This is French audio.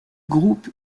groupe